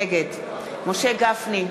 נגד משה גפני,